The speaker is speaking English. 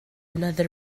another